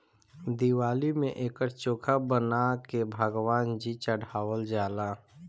दिवाली में एकर चोखा बना के भगवान जी चढ़ावल जाला